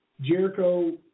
Jericho